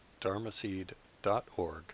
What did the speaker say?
dharmaseed.org